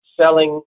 selling